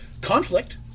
conflict